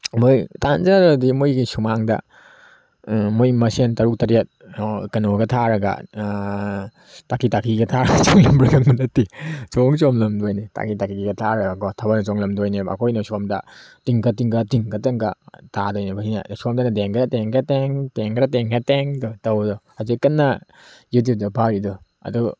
ꯃꯣꯏ ꯇꯥꯟ ꯆꯥꯗ꯭ꯔꯗꯤ ꯃꯣꯏꯒꯤ ꯁꯨꯃꯥꯡꯗ ꯃꯣꯏ ꯃꯁꯦꯟ ꯇꯔꯨꯛ ꯇꯔꯦꯠ ꯀꯩꯅꯣꯒ ꯊꯥꯔꯒ ꯇꯥꯀꯤ ꯇꯥꯀꯤꯒ ꯊꯥꯔꯒ ꯆꯣꯡꯂꯝꯕ꯭ꯔꯥ ꯈꯪꯕ ꯅꯠꯇꯦ ꯆꯣꯡꯁꯨ ꯆꯣꯡꯂꯝꯗꯣꯏꯅꯤ ꯇꯥꯀꯤ ꯇꯥꯀꯤꯒ ꯊꯥꯔꯒꯀꯣ ꯊꯥꯕꯜ ꯆꯣꯡꯂꯝꯗꯣꯏꯅꯦꯕ ꯑꯩꯈꯣꯏꯅ ꯁꯣꯝꯗ ꯇꯤꯡꯒ ꯇꯤꯡꯒ ꯇꯤꯡꯒ ꯇꯤꯡꯒ ꯇꯥꯗꯣꯏꯅꯦꯕ ꯁꯤꯅ ꯁꯣꯝꯗꯅ ꯇꯦꯡꯒꯔꯥ ꯇꯦꯡꯒ ꯇꯦꯡ ꯇꯦꯡꯒꯔꯥ ꯇꯦꯡꯒ ꯇꯦꯡꯗꯣ ꯇꯧꯕꯗꯣ ꯍꯧꯖꯤꯛ ꯀꯟꯅ ꯌꯨꯇ꯭ꯌꯨꯕꯇ ꯐꯥꯎꯔꯤꯗꯣ ꯑꯗꯨ